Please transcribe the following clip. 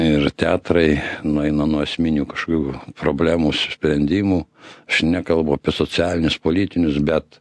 ir teatrai nueina nuo esminių kažkokių problemų sprendimų aš nekalbu apie socialinius politinius bet